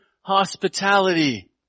hospitality